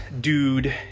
dude